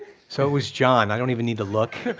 so it was john, i don't even need to look.